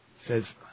says